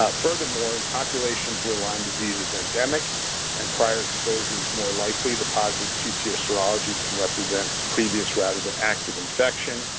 ah furthermore, in populations where lyme disease is endemic and prior exposure is more likely, the positive two-tier serology can represent previous, rather than active infection.